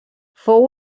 fou